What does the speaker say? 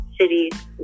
cities